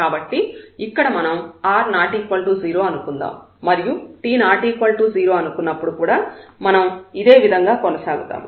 కాబట్టి ఇక్కడ మనం r ≠ 0 అనుకుందాం మరియు t ≠ 0 అనుకున్నప్పుడు కూడా మనం ఇదేవిధంగా కొనసాగుతాము